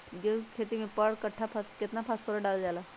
गेंहू के खेती में पर कट्ठा केतना फास्फोरस डाले जाला?